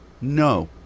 No